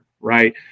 right